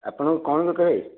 ଆପଣଙ୍କ କ'ଣ ଦରକାରେ